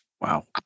Wow